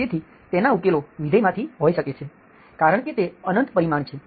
તેથી તેના ઉકેલો વિધેયમાંથી હોઈ શકે છે કારણ કે તે અનંત પરિમાણ છે